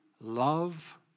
love